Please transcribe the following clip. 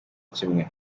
kimwe